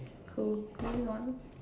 cool moving on